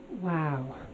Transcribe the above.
Wow